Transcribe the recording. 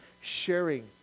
sharing